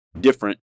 different